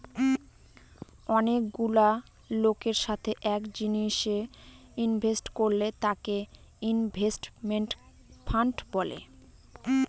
অনেকগুলা লোকের সাথে এক জিনিসে ইনভেস্ট করলে তাকে ইনভেস্টমেন্ট ফান্ড বলে